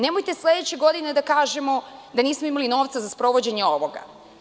Nemojte sledeće godine da kažemo da nismo imali novca za sprovođenje ovoga.